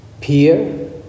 peer